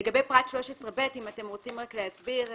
לגבי פרט 13(ב), האם אתם רוצים להסביר מהבריאות?